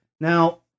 Now